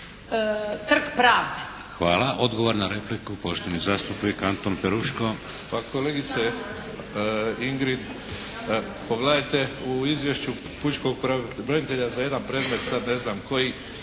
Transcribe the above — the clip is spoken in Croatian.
Hvala. Odgovor na repliku, poštovani zastupnik Anton Peruško.